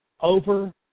over